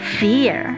fear